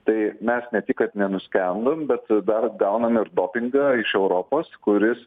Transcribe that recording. tai mes ne tik kad nenuskendom bet dar gauname ir dopingą iš europos kuris